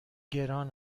گران